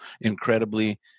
incredibly